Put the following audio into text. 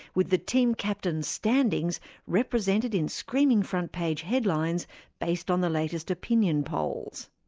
with the team captains' standings represented in screaming front page headlines based on the latest opinion polls.